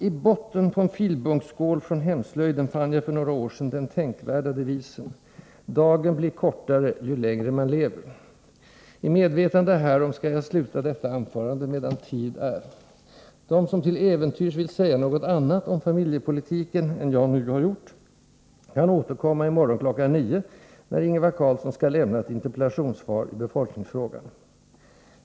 I botten på en filbunksskål från Hemslöjden fann jag för några år sedan den tänkvärda devisen: ”Dagen blir kortare ju längre man lever.” I medvetande härom skall jag sluta detta anförande medan tid är. De som till äventyrs vill säga något annat om familjepolitiken än jag nu har gjort, kan återkomma i morgon kl. 9.00, när Ingvar Carlsson skall lämna ett interpellationssvar i befolkningsfrågan.